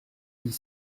huit